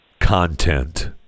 content